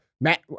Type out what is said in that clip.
Matt